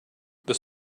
that